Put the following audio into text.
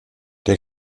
der